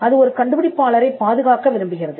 அது ஒரு கண்டுபிடிப்பாளரைப் பாதுகாக்க விரும்புகிறது